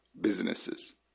businesses